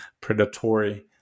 predatory